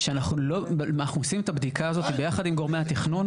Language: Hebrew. אנחנו אומרים שאנחנו עושים את הבדיקה הזאת ביחד עם גורמי התכנון.